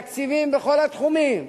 בתקציבים בכל התחומים,